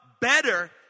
better